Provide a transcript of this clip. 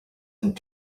and